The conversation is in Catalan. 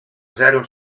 zero